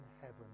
heaven